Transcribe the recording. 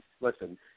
Listen